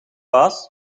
baas